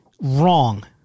wrong